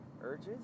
urges